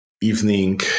evening